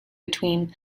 between